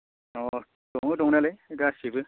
औ दङ दंनायालाय गासैबो